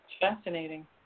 Fascinating